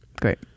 Great